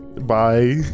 Bye